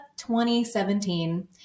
2017